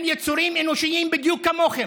הם יצורים אנושיים בדיוק כמוכם,